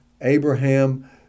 Abraham